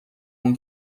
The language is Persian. اون